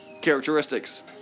characteristics